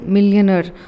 Millionaire